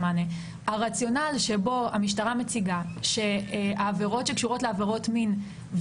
הרציונל שבו המשטרה מציגה שהעבירות שקשורות לעבירות מין,